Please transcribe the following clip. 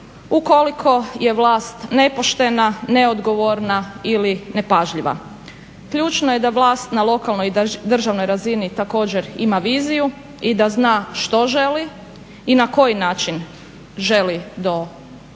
ukoliko je vlast nepoštene, neodgovorna ili nepažljiva. Ključno je da vlast na lokalnoj i državnoj razini također ima viziju i da zna što želi i na koji način želi doći